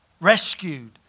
Rescued